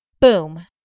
Boom